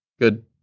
good